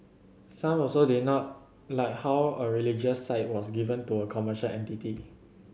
some also did not like how a religious site was given to a commercial entity